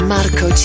Marco